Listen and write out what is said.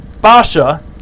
Basha